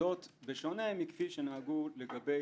וזאת בשונה ממה שנהגו לגבי